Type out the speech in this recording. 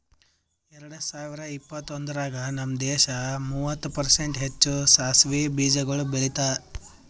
ಎರಡ ಸಾವಿರ ಇಪ್ಪತ್ತೊಂದರಾಗ್ ನಮ್ ದೇಶ ಮೂವತ್ತು ಪರ್ಸೆಂಟ್ ಹೆಚ್ಚು ಸಾಸವೆ ಬೀಜಗೊಳ್ ಬೆಳದಾರ್